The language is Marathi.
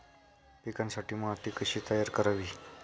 पिकांसाठी माती कशी तयार करावी?